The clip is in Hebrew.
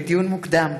לדיון מוקדם,